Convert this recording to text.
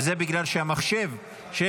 וזה בגלל שהמחשב של